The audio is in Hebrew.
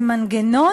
זה מנגנון.